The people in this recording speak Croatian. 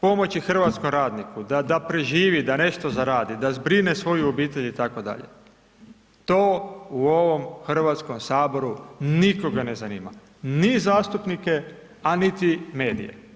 pomoći hrvatskom radniku da preživi, da nešto zaradi, da zbrine svoju obitelj itd., to u ovom Hrvatskom saboru nikoga ne zanima, ni zastupnike a niti medije.